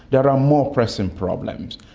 there are more pressing problems.